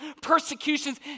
persecutions